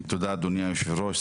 תודה אדוני היושב-ראש,